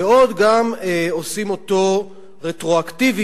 ועוד עושים אותו רטרואקטיבי,